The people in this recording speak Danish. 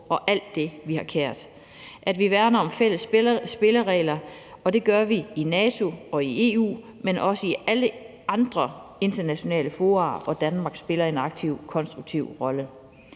og alt det, vi har kært, og at vi værner om fælles spilleregler. Og det gør vi i NATO og i EU, men også i alle andre internationale fora, hvor Danmark spiller en aktiv, konstruktiv rolle.